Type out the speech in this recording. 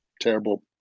terrible